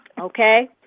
Okay